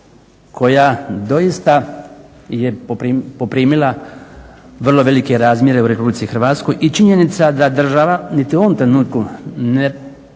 koja doista je poprimila vrlo velike razmjere u Republici Hrvatskoj. I činjenica da država niti u ovom trenutku nije